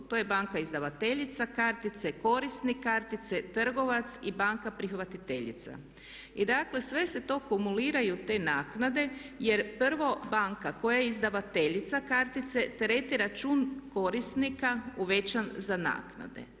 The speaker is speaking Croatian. To je banka izdavateljica kartice, korisnik kartice, trgovac i banka prihvatiteljica i dakle sve se to kumuliraju te naknade jer prvo banka koja je izdavateljica kartice tereti račun korisnika uvećan za naknade.